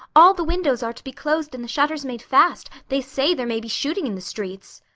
all the windows are to be closed and the shutters made fast. they say there may be shooting in the streets.